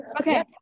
Okay